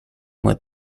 with